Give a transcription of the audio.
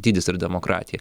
dydis ir demokratija